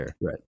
right